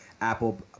Apple